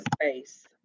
space